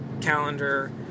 calendar